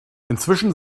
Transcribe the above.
inzwischen